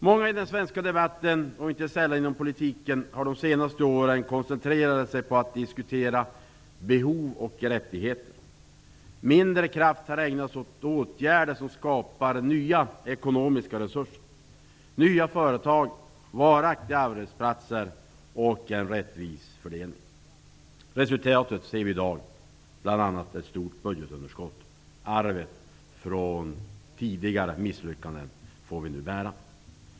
Många i den svenska debatten, och inte sällan inom politiken, har de senaste åren koncentrerat sig på att diskutera behov och rättigheter. Mindre kraft har ägnats åt åtgärder som skapar nya ekonomiska resurser, nya företag, varaktiga arbetsplatser och en rättvis fördelning. Resultatet ser vi i dag: bl.a. ett stort budgetunderskott. Vi får nu bära arvet från tidigare misslyckanden.